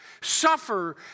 suffer